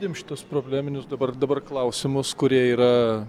imt šitus probleminius dabar dabar klausimus kurie yra